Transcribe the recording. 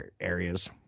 areas